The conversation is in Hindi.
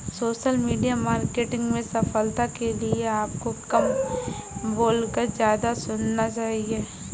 सोशल मीडिया मार्केटिंग में सफलता के लिए आपको कम बोलकर ज्यादा सुनना चाहिए